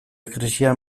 krisian